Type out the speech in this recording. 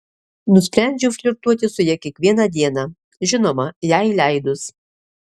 nusprendžiau flirtuoti su ja kiekvieną dieną žinoma jai leidus